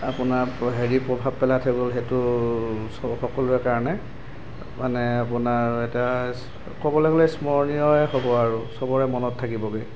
আপোনাৰ হেৰি প্ৰভাৱ পেলাই থৈ গ'ল সেইটো সকলোৰে কাৰণে মানে আপোনাৰ এটা ক'বলৈ গ'লে স্মৰণীয়য়েই হ'ব আৰু চবৰে মনত থাকিবগৈ